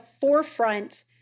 forefront